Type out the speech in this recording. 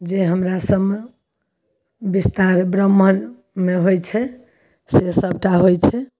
जे हमरा सबमे विस्तार ब्राह्मणमे होइत छै से सबटा होइत छै